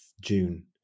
June